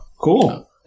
Cool